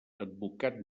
advocat